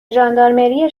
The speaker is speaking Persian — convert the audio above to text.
ژاندارمری